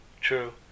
True